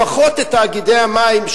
לפחות את תאגידי המים,